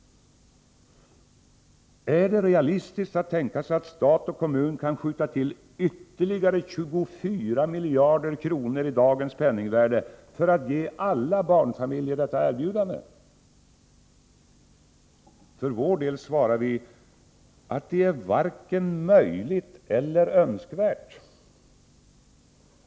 Är det realistiskt att tänka sig att stat och kommun kan skjuta till ytterligare 24 miljarder kronor i dagens penningvärde för att ge alla barnfamiljer detta erbjudande? För vår del svarar vi att det varken är möjligt eller önskvärt.